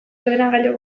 ordenagailu